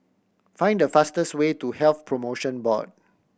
find the fastest way to Health Promotion Board